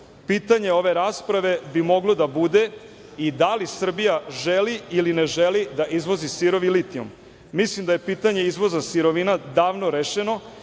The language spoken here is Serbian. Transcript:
zemlju. Pitanje ove rasprave bi moglo da bude i da li Srbija želi ili ne želi da izvozi sirovi litijum. Mislim da je pitanje izvoza davno rešeno